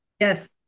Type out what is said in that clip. yes